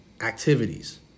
activities